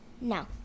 No